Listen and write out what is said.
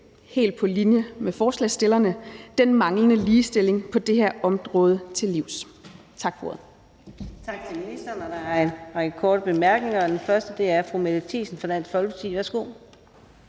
helt på linje med forslagsstillerne – den manglende ligestilling på det her område til livs. Tak for ordet.